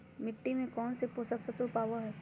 मिट्टी में कौन से पोषक तत्व पावय हैय?